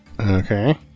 Okay